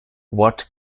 what